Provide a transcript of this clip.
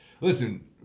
Listen